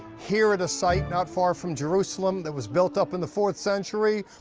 here at a site not far from jerusalem, that was built up in the fourth century,